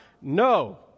No